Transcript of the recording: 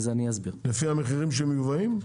לפי המחירים שמביאים?